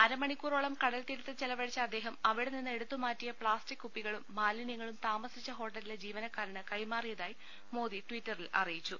അരമണിക്കൂറോളം കടൽതീ രത്ത് ചെലവഴിച്ചു അദ്ദേഹം അവിടെ നിന്ന് എടുത്ത് മാറ്റിയ പ്ലാസ്റ്റിക് കുപ്പികളും മാലിന്യങ്ങളും താമസിച്ച് ഹോട്ടലിലെ ജിവനക്കാരന് കൈമാറിയതായി മോദി ട്വിറ്ററിൽ അറിയിച്ചു